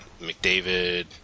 McDavid